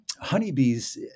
Honeybees